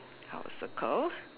I'll circle